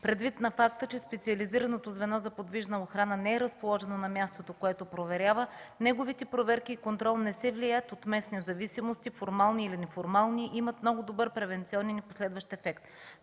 Предвид факта, че специализираното звено за подвижна охрана не е разположено на мястото, което проверява, неговите проверки и контрол не се влияят от местни зависимости, формални или неформални, и имат много добър превенционен и последващ ефект.